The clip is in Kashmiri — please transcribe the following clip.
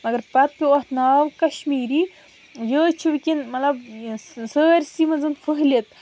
مگر پَتہٕ پیٚو اَتھ ناو کَشمیٖری یہِ حظ چھِ وٕنکٮ۪ن مطلب سٲرسٕے منٛز پھٔہلِتھ